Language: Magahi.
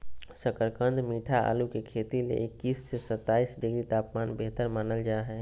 शकरकंद मीठा आलू के खेती ले इक्कीस से सत्ताईस डिग्री तापमान बेहतर मानल जा हय